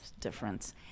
difference